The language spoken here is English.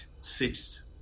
six